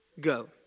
go